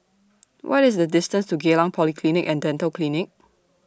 What IS The distance to Geylang Polyclinic and Dental Clinic